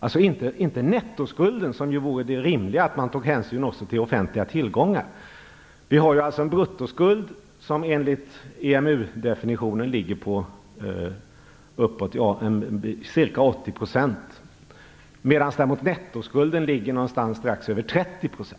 Det gäller inte nettoskulden, som vore det rimliga, där man även tar hänsyn till offentliga tillgångar. Vi har en bruttoskuld som enligt EMU definitionen ligger på ca 80 %. Nettoskulden ligger däremot strax över 30 %.